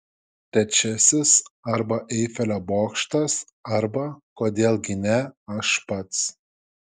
trečiasis arba eifelio bokštas arba kodėl gi ne aš pats